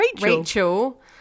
Rachel